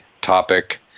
topic